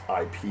IP